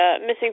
missing